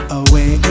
away